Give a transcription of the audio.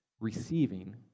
receiving